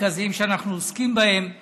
מההצעה יכלול את סעיפים 36 ו-37